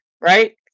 right